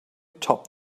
topped